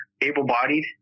able-bodied